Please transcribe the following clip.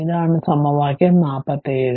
ഇതാണ് സമവാക്യം 47